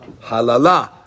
halala